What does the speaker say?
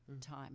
time